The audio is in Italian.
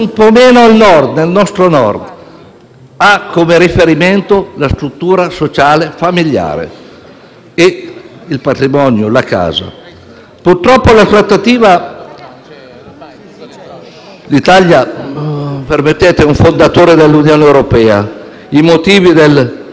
L'Italia è un Paese fondatore dell'Unione europea. I motivi dei ritardi sono stati imputati alla trattativa e al tira e molla con l'Unione europea. L'Italia - dicevo - è un Paese fondatore; chi vi parla e il Gruppo da cui parlo